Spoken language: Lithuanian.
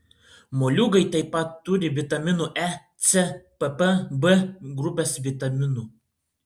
moliūgai taip pat turi vitaminų e c pp b grupės vitaminų